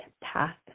path